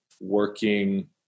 working